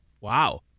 Wow